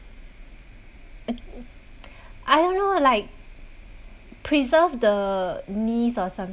I don't know like preserve the knees or something